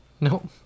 Nope